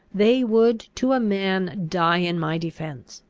they would to a man die in my defence,